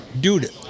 Dude